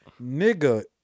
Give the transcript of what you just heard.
nigga